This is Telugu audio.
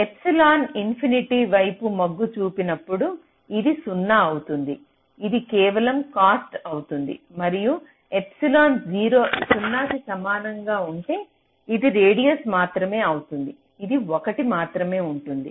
ఎప్సిలాన్ ఇన్ఫినిటీ వైపు మొగ్గు చూపినప్పుడు ఇది 0 అవుతుంది ఇది కేవలం కాస్ట్ అవుతుంది మరియు ఎప్సిలాన్ 0 కి సమానం ఉంటే ఇది రేడియస్ మాత్రమే అవుతుంది ఇది 1 మాత్రమే ఉంటుంది